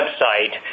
website